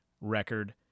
record